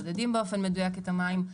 מודדים באופן מדויק את המים,